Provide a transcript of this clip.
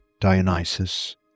Dionysus